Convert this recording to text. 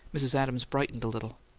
mrs. adams brightened a little.